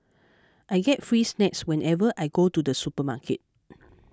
I get free snacks whenever I go to the supermarket